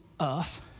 earth